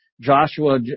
Joshua